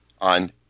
On